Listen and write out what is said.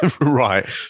Right